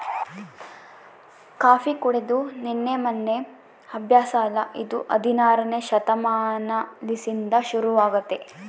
coffee ಕುಡೆದು ನಿನ್ನೆ ಮೆನ್ನೆ ಅಭ್ಯಾಸ ಅಲ್ಲ ಇದು ಹದಿನಾರನೇ ಶತಮಾನಲಿಸಿಂದ ಶುರುವಾಗೆತೆ